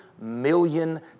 million